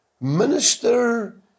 minister